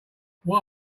what